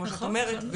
כמו שאת אומרת,